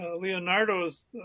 leonardo's